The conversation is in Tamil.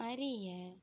அறிய